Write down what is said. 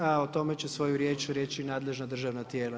A o tome će svoju riječ reći nadležna državna tijela.